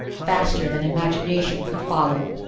faster than imagination could follow.